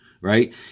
Right